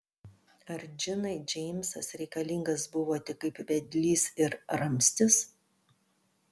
ar džinai džeimsas reikalingas buvo tik kaip vedlys ir ramstis